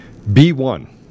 B1